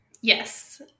Yes